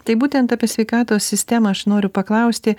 tai būtent apie sveikatos sistemą aš noriu paklausti